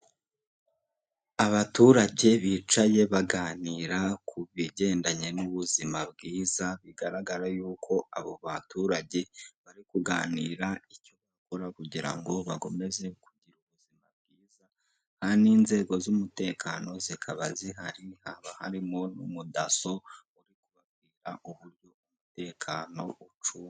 Abaturage bicaye baganira ku bigendanye n'ubuzima bwiza bigaragara yuko abo baturage bari kuganira icyo bakora kugira ngo bakomeze kugira ubuzima bwiza kand inzego z'umutekano zikaba zihari, hakaba harimo n'umudaso uri kubabwira uburyo umutekano ucungwa.